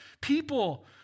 people